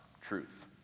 truth